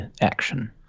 action